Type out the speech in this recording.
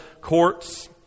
courts